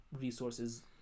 resources